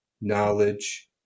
knowledge